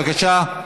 בבקשה.